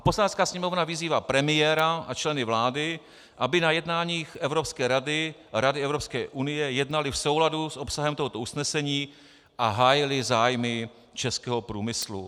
Poslanecká sněmovna vyzývá premiéra a členy vlády, aby na jednáních Evropské rady, Rady Evropské unie jednali v souladu s obsahem tohoto usnesení a hájili zájmy českého průmyslu.